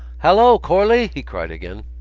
hallo, corley! he cried again.